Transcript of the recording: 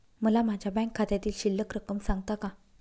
मला माझ्या बँक खात्यातील शिल्लक रक्कम सांगता का?